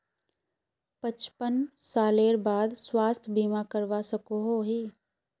पचपन सालेर बाद स्वास्थ्य बीमा करवा सकोहो ही?